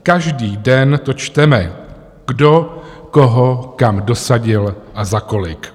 Každý den to čteme, kdo koho kam dosadil a za kolik.